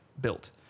built